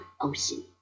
ocean